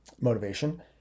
motivation